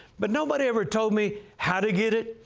but nobody ever told me how to get it.